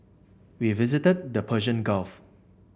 we visited the Persian Gulf